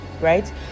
right